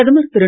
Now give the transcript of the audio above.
பிரதமர் திரு